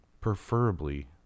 preferably